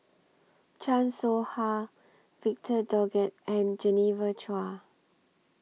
Chan Soh Ha Victor Doggett and Genevieve Chua